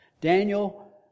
Daniel